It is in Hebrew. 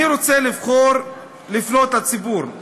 אני רוצה לבחור לפנות לציבור.